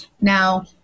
Now